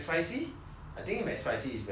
I think mcspicy is very very nice